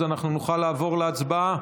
אז אנחנו נוכל לעבור להצבעה?